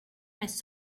més